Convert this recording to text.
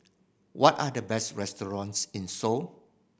what are the best restaurants in Seoul